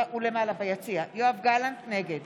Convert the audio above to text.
נגד